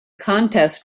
contest